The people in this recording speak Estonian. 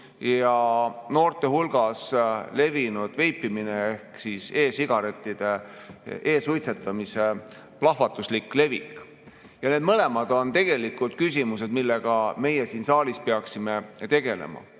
ja noorte hulgas levinud veipimine ehk siis e-suitsetamise plahvatuslik levik. Need mõlemad on tegelikult küsimused, millega meie siin saalis peaksime